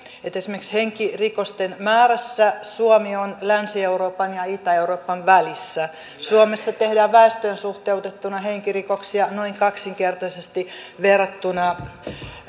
että esimerkiksi henkirikosten määrässä suomi on länsi euroopan ja itä euroopan välissä suomessa tehdään väestöön suhteutettuna henkirikoksia noin kaksinkertaisesti verrattuna